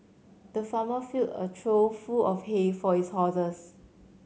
the farmer filled a trough full of hay for his horses